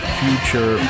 future